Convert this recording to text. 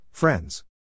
Friends